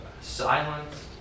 silenced